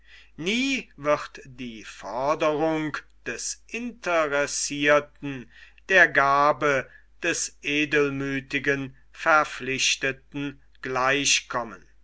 nie wird die forderung des interessirten der gabe des edelmüthigen verpflichteten gleich